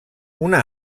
una